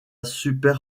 super